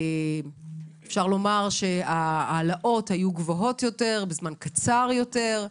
אפשר לומר שההעלאות היו גבוהות יותר בזמן קצר יותר.